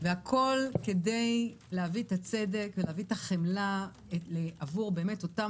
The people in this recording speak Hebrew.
והכול כדי להביא את הצדק ולהביא את החמלה עבור אותם